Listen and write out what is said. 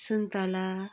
सुन्ताला